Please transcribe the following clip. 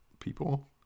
people